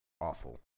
Awful